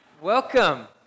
Welcome